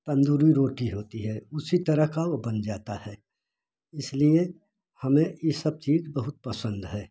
तंदूरी रोटी होती है उसी तरह का वो बन जाता है इसलिए हमें इ सब चीज़ बहुत पसंद है